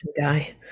guy